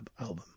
album